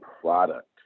product